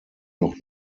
noch